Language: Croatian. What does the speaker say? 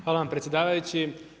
Hvala vam predsjedavajući.